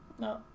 No